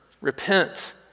repent